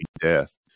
death